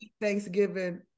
Thanksgiving